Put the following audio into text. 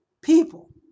people